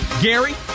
Gary